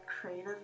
creative